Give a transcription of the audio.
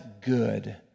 good